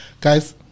Guys